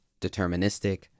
deterministic